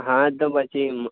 હા તો પછી